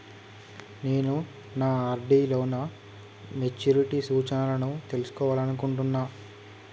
నేను నా ఆర్.డి లో నా మెచ్యూరిటీ సూచనలను తెలుసుకోవాలనుకుంటున్నా